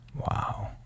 Wow